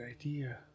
idea